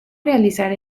realizar